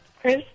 Chris